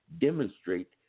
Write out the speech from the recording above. demonstrate